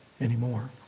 anymore